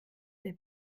der